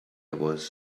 was